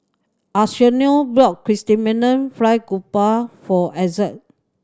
Arsenio brought Chrysanthemum Fried Garoupa for Ezzard